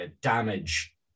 damage